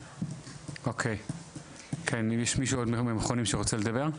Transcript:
אוקי, כן, יש מישהו עוד מהמכונים שרוצה לדבר?